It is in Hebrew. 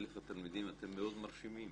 א, התלמידים, אתם מאוד מרשימים.